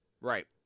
Right